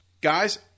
guys